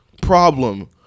problem